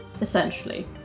essentially